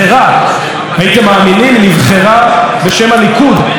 היא נבחרה בשם הליכוד בקיץ 1999,